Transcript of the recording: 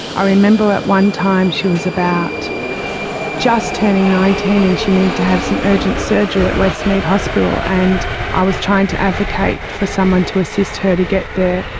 ah remember at one time, she was just turning nineteen and she needed to have some urgent surgery at westmead hospital and i was trying to advocate for someone to assist her to get there,